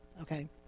okay